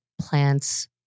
plants